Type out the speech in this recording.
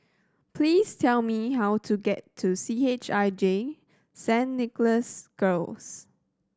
please tell me how to get to C H I J Saint Nicholas Girls